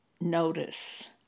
notice